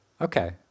Okay